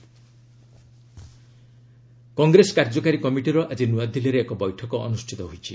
add ମହା ଗଭ୍ କଂଗ୍ରେସ କାର୍ଯ୍ୟକାରୀ କମିଟିର ଆଜି ନୂଆଦିଲ୍ଲୀରେ ଏକ ବୈଠକ ଅନୁଷ୍ଠିତ ହୋଇଛି